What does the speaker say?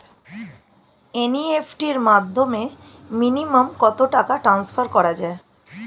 NEFT র মাধ্যমে minimum কত টাকা টান্সফার করা যায়?